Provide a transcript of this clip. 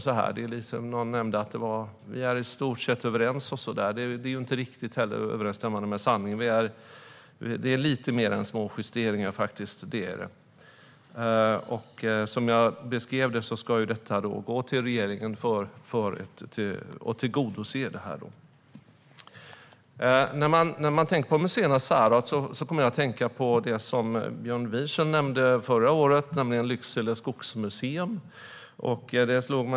Någon nämnde att vi i stort sett är överens. Men det är inte riktigt i överensstämmelse med sanningen. Det är faktiskt lite mer än småjusteringar. Som jag beskrev det ska detta gå till regeringen för att den ska tillgodose detta. När man tänker på museernas särart kommer jag att tänka på det som Björn Wiechel nämnde förra året, nämligen Lycksele skogsmuseum.